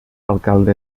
alcalde